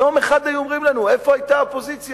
יום אחד היו אומרים לנו, איפה היתה האופוזיציה?